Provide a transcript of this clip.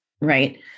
right